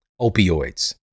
opioids